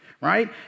right